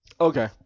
Okay